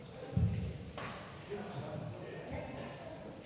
Tak,